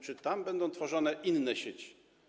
Czy tam będą tworzone inne sieci?